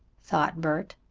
thought bert.